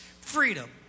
freedom